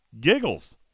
giggles